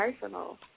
personal